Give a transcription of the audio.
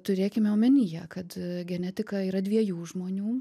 turėkime omenyje kad genetika yra dviejų žmonių